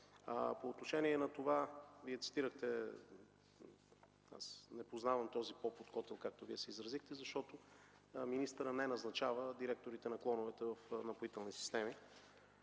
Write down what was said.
в годините назад. Вие цитирахте – не познавам този Поп от Котел, както Вие се изразихте, защото министърът не назначава директорите на клоновете в „Напоителни системи”.